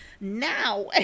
now